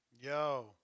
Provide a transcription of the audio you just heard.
Yo